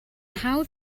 hawdd